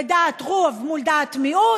בדעת רוב מול דעת מיעוט,